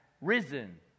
risen